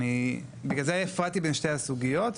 בגלל זה הפרדתי בין שני הסוגיות,